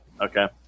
Okay